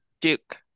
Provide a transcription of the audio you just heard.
Duke